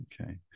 okay